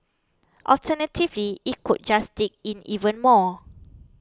alternatively it could just dig in even more